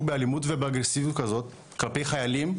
באלימות ובאגרסיביות כזאת כלפי חיילים,